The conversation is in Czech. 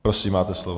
Prosím, máte slovo.